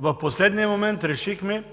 в последния момент решихме: